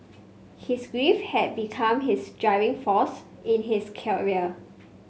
his grief had become his driving force in his career